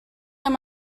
know